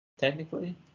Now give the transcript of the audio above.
technically